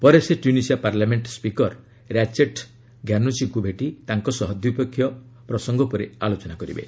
ପରେ ସେ Tunisia parliament speaker Rached ଘାନୋଚିଙ୍କୁ ଭେଟି ତାଙ୍କ ସହ ବିଭିନ୍ନ ପ୍ରସଙ୍ଗ ଉପରେ ଆଲୋଚନା କରିବେ